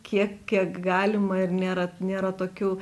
kiek kiek galima ir nėra nėra tokių